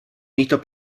mito